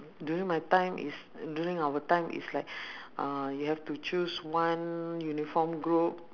during my time is during our time is like uh you have to choose one uniform group